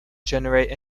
generate